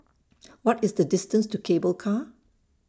What IS The distance to Cable Car